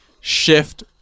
shift